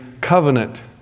covenant